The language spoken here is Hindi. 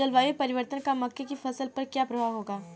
जलवायु परिवर्तन का मक्के की फसल पर क्या प्रभाव होगा?